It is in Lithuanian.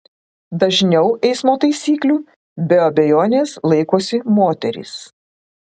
dažniau eismo taisyklių be abejonės laikosi moterys